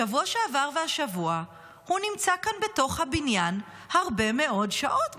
שבוע שעבר והשבוע הוא נמצא כאן בתוך הבניין הרבה מאוד שעות,